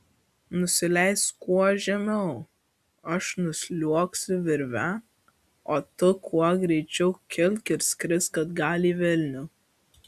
nusileisk kuo žemiau aš nusliuogsiu virve o tu kuo greičiau kilk ir skrisk atgal į vilnių